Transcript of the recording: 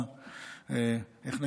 איך נגיד,